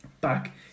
back